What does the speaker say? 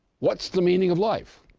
what's the meaning of life?